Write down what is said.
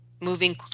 moving